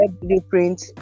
Blueprint